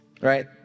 right